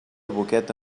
boqueta